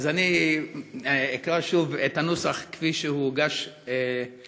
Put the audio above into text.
אז אני אקרא שוב את הנוסח כפי שהוא הוגש לשר.